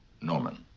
Norman